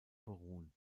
beruhen